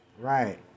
Right